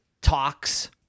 talks